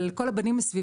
אלא על כל הבתים בסביבתו,